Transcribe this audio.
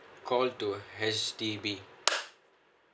call two H_D_B